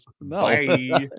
No